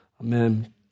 Amen